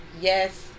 yes